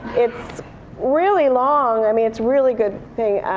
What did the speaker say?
it's really long. i mean it's really good thing.